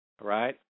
right